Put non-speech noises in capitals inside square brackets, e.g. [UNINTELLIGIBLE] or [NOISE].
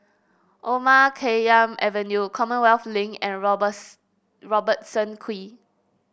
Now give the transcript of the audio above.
Omar Khayyam Avenue Commonwealth Link and [UNINTELLIGIBLE] Robertson Quay